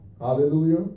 Hallelujah